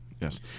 yes